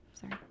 Sorry